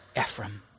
Ephraim